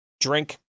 drink